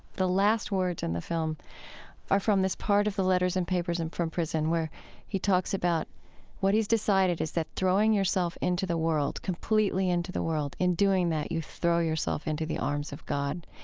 the last words in the film are from this part of the letters and papers and from prison, where he talks about what he's decided is that throwing yourself into the world, completely into the world, in doing that, you throw yourself into the arms of god.